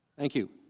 thank you